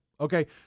Okay